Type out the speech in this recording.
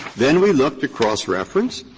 then we look to cross-reference,